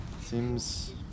seems